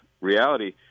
reality